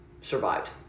survived